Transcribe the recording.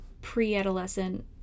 pre-adolescent